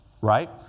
right